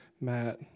Matt